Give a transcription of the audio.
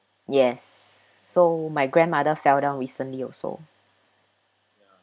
yes so my grandmother fell down recently also